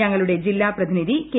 ഞങ്ങളുടെ ജില്ലാ പ്രതിനിധി കെ